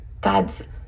god's